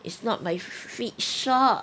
is not my feet short